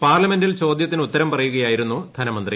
പാർലമെന്റിൽ ചോദ്യത്തിന് ഉത്തരം പറയുകയായിരുന്നു ധനമന്ത്രി